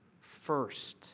first